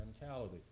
mentality